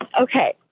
Okay